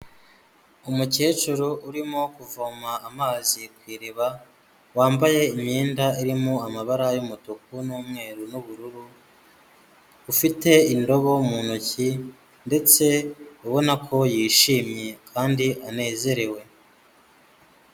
Umukecuru urimo kuvoma amazi ku iriba wambaye imyenda irimo amabara y'umutuku n'umweru n'ubururu, ufite indobo mu ntoki, ndetse ubona ko yishimye kandi anezerewe.